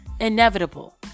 inevitable